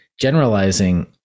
generalizing